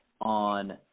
on